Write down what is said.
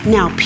Now